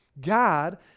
God